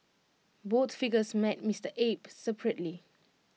both figures met Mister Abe separately